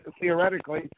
theoretically